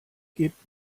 gebt